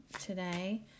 today